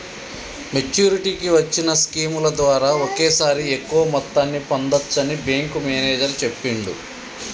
మెచ్చురిటీకి వచ్చిన స్కీముల ద్వారా ఒకేసారి ఎక్కువ మొత్తాన్ని పొందచ్చని బ్యేంకు మేనేజరు చెప్పిండు